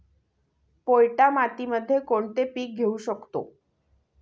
पोयटा मातीमध्ये कोणते पीक घेऊ शकतो?